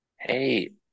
Hey